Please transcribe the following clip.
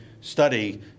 study